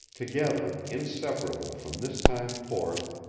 together, inseparable from this time forth,